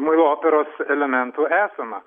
muilo operos elementų esama